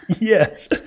Yes